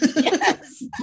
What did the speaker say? yes